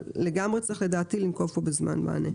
אבל לדעתי לגמרי צריך לנקוב כאן בזמן מענה.